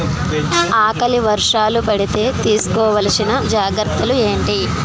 ఆకలి వర్షాలు పడితే తీస్కో వలసిన జాగ్రత్తలు ఏంటి?